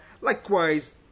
Likewise